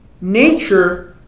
Nature